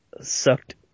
sucked